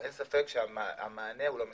אין ספק שהמענה הוא לא מספק.